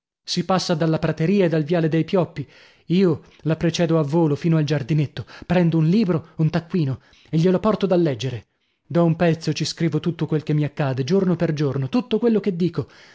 si passa dalla prateria e dal viale dei pioppi io la precedo a volo fino al giardinetto prendo un libro un taccuino e glielo porto da leggere da un pezzo ci scrivo tutto quel che mi accade giorno per giorno tutto quello che dico